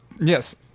yes